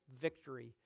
victory